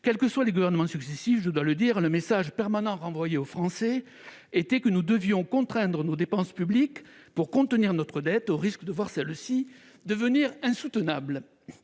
quels que soient les gouvernements successifs, le message permanent envoyé aux Français était que nous devions contraindre nos dépenses publiques pour contenir notre dette sous peine de voir celle-ci devenir insoutenable.